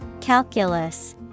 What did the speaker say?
Calculus